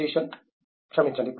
జీషన్ క్షమించండి